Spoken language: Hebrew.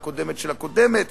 והקודמת של הקודמת,